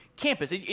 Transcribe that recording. campus